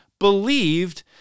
believed